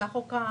וכך או כך,